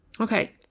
Okay